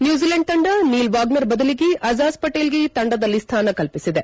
New Zealand ತಂಡ Neil Wagner ಬದಲಿಗೆ ಅಜಾಜ್ ಪಟೇಲ್ಗೆ ತಂಡದಲ್ಲಿ ಸ್ವಾನ ಕಲ್ಪಿಸಿದೆ